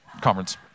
conference